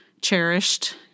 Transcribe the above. cherished